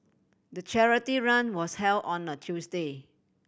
the charity run was held on a Tuesday